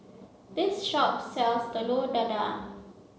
this shop sells Telur Dadah